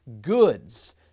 Goods